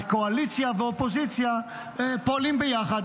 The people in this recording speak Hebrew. אז קואליציה ואופוזיציה פועלים ביחד.